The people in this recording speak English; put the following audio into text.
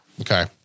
Okay